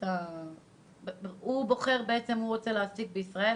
הוא רוצה להעסיק בישראל,